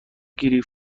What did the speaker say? گریپ